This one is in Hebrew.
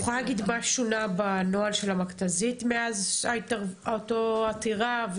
את יכולה להגיד מה שונה בנוהל של המכת"זית מאז אותה עתירה,